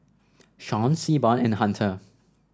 Shawn Seaborn and Hunter